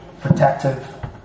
protective